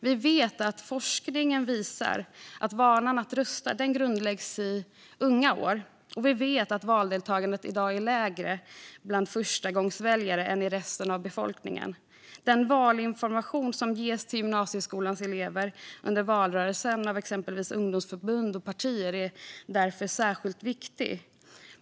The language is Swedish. Vi vet att forskningen visar att vanan att rösta grundläggs i unga år, och vi vet att valdeltagandet i dag är lägre bland förstagångsväljare än i resten av befolkningen. Den valinformation som ges till gymnasieskolans elever under valrörelsen av till exempel ungdomsförbund och partier är därför särskilt viktig.